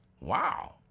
Wow